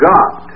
God